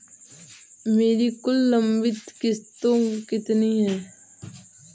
मेरी कुल लंबित किश्तों कितनी हैं?